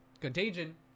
Contagion